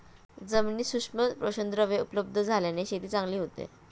जमिनीत सूक्ष्म पोषकद्रव्ये उपलब्ध झाल्याने शेती चांगली होते